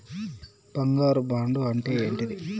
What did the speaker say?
బంగారు బాండు అంటే ఏంటిది?